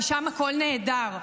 כי שם הכול נהדר,